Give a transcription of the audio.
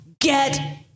get